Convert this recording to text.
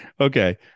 Okay